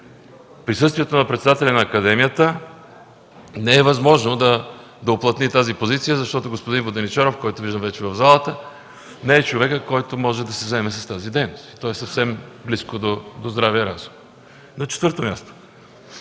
Присъствието на председателя на академията не е възможно да уплътни тази позиция, защото господин Воденичаров, който виждам вече в залата, не е човекът, който може да се заеме с тази дейност. То е съвсем близко до здравия разум. На четвърто място,